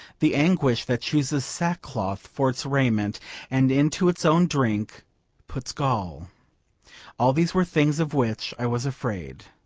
the anguish that chooses sack-cloth for its raiment and into its own drink puts gall all these were things of which i was afraid.